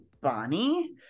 Bonnie